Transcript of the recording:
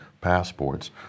passports